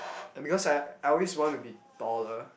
and because I I always want to be taller